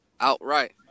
Outright